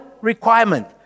requirement